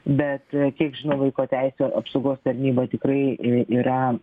bet kiek žinau vaiko teisių apsaugos tarnyba tikrai yra